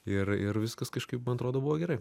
ir ir viskas kažkaip man atrodo buvo gerai